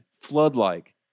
flood-like